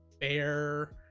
bear